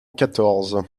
quatorze